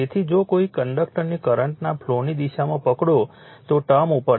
તેથી જો કોઈ કંડક્ટરને કરંટના ફ્લોની દિશામાં પકડો તો ટર્મ ઉપર છે